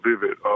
vivid